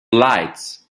lights